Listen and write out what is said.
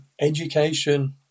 education